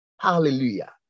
Hallelujah